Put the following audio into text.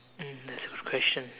mm that's a good question